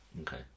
okay